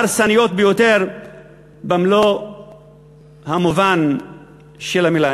הרסניות ביותר במלוא המובן של המילה.